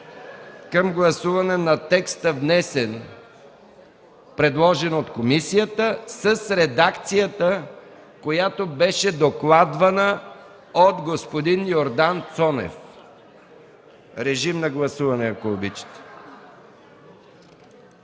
към гласуване на текста, предложен от комисията, с редакцията, която беше докладвана от господин Йордан Цонев. Режим на гласуване, ако обичате.